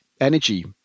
energy